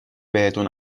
بهتون